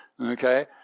okay